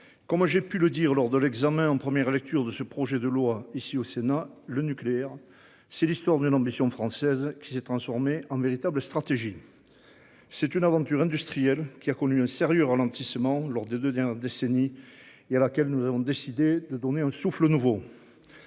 moi j'ai pu le dire lors de l'examen en première lecture de ce projet de loi ici au Sénat, le nucléaire c'est l'histoire d'une ambition française qui s'est transformé en véritable stratégie. C'est une aventure industrielle qui a connu un sérieux ralentissement lors des 2 dernières décennies et à laquelle nous avons décidé de donner un souffle nouveau.